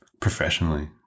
professionally